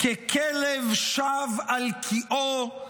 "כְּכֶלֶב שָׁב עַל קֵאוֹ,